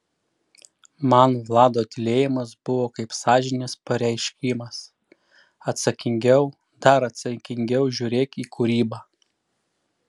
man vlado tylėjimas buvo kaip sąžinės pareiškimas atsakingiau dar atsakingiau žiūrėk į kūrybą